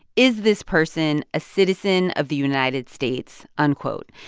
is this person a citizen of the united states? unquote.